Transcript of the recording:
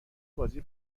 بازی